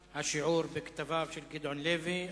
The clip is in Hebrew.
תם השיעור בכתביו של גדעון לוי.